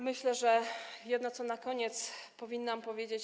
Myślę, że jedno na koniec powinnam powiedzieć.